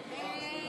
האמת,